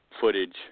footage